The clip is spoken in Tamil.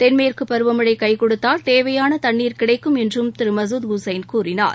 தென்மேற்குப் பருவமழைகொடுத்தால் தேவையானதண்ணீர் கிடைக்கும் என்றும் திருமசூத் ஹூசைன் கூறினார்